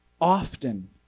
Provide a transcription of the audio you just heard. often